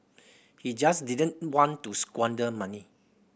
he just didn't want to squander money